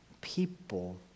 people